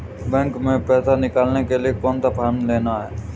Bank में पैसा निकालने के लिए कौन सा फॉर्म लेना है?